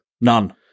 None